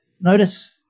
Notice